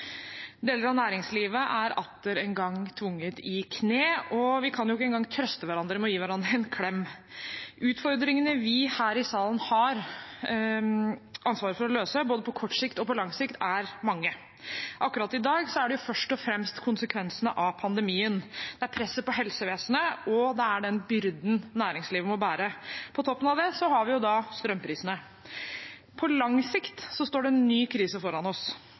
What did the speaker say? Deler av næringslivet er atter en gang tvunget i knestående, og vi kan ikke engang trøste hverandre med å gi hverandre en klem. Utfordringene vi her i salen har ansvaret for å løse – både på kort og på lang sikt – er mange. Akkurat i dag er det først og fremst konsekvensene av pandemien: Det er presset på helsevesenet, og det er den byrden næringslivet må bære. På toppen av det har vi strømprisene. På lang sikt står det en ny krise foran oss.